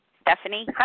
Stephanie